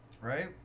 right